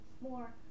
more